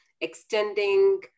extending